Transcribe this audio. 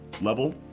level